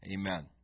Amen